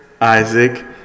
Isaac